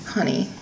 Honey